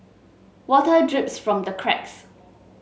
water drips from the cracks